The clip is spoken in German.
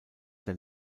der